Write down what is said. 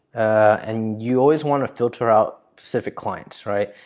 and you always want to filter out specific clients, right?